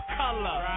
color